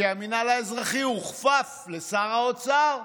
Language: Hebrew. כי המינהל האזרחי הוכפף לשר האוצר.